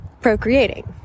procreating